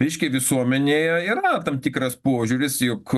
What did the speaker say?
ryškiai visuomenėje yra tam tikras požiūris juk